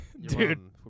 Dude